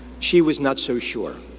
she was not so sure.